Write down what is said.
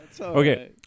Okay